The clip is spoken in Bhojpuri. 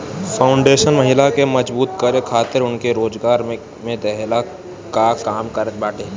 फाउंडेशन महिला के मजबूत करे खातिर उनके रोजगार भी देहला कअ काम करत बाटे